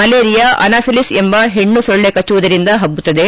malaria Anopheles ಎಂಬ ಹೆಣ್ಣು ಸೊಳ್ಳೆ ಕಚ್ಚುವುದರಿಂದ ಪಬ್ದುತ್ತದೆ